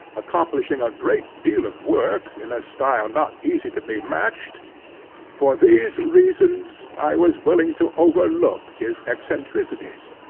accomplishing a great deal of work in a style not easy to be matched for these reasons, i was willing to overlook his eccentricities,